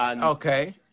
Okay